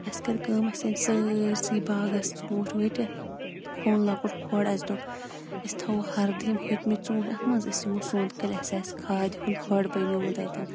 اَسہِ کٔر کٲم اَسہِ أنۍ سٲرۍسٕے باغَس ژوٗنٛٹھۍ ؤٹِتھ کھوٚن لۄکُٹ کھۄڑ اَسہِ دوٚپ أسۍ تھاوو ہَردٕ یِم ۂتۍمٕتۍ ژوٗنٛٹھۍ اَتھ منٛز أسۍ یِمو سونٛتہٕ کالہِ اَسہِ آسہِ کھادِ ہُنٛد کھۄڑ بنیومُت اَتٮ۪ن